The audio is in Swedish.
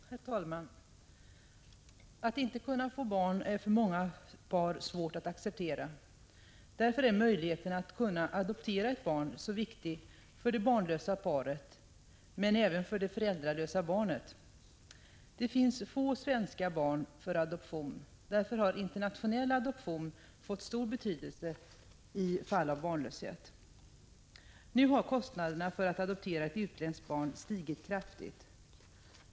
Herr talman! Att inte kunna få barn är för många par svårt att acceptera. Regeringsbeslut om Därför är möjligheten att adoptera ett barn så viktig för det barnlösa paret — viss utredning av adopmen även för det föräldralösa barnet. tionsfråga Det finns få svenska barn för adoption. Därför har internationell adoption fått stor betydelse i fall av barnlöshet. Nu har kostnaderna för att adoptera ett utländskt barn stigit kraftigt.